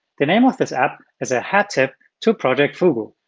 the name with this app is a hat tip to project fugu,